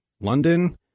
London